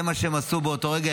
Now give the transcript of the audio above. זה מה שהם עשו באותו רגע.